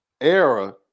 era